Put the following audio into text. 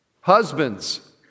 Husbands